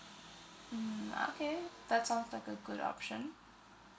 mm okay that sounds like a good option